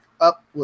up